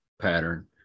pattern